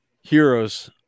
Heroes